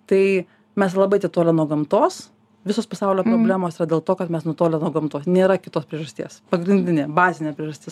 tai mes labai atitolę nuo gamtos visos pasaulio problemos yra dėl to kad mes nutolę nuo gamtos nėra kitos priežasties pagrindinė bazinė priežastis